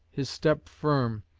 his step firm,